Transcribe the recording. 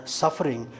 suffering